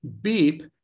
Beep